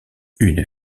une